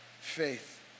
faith